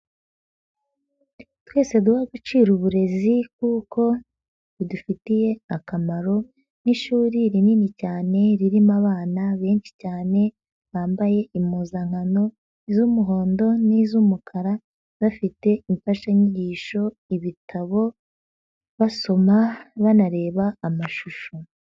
Twese duha agaciro uburezi kuko budufitiye akamaro nk'ishuri rinini cyane ririmo abana benshi cyane bambaye impuzankano z'umuhondo n'iz'umukara bafite imfashanyigisho, ibitabo, basoma, banareba amashusho.